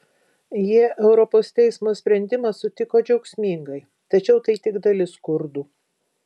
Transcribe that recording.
jie europos teismo sprendimą sutiko džiaugsmingai tačiau tai tik dalis kurdų